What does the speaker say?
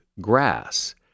grass